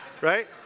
right